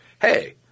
hey